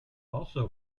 also